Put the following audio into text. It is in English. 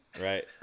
Right